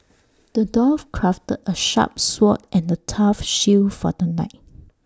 the dwarf crafted A sharp sword and A tough shield for the knight